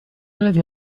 الذي